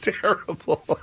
terrible